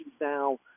now